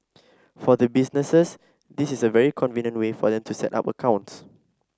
for the businesses this is a very convenient way for them to set up accounts